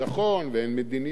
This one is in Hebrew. אז,